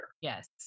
Yes